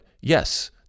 yes—